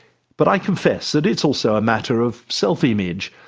but i confess that it's also a matter of self-image.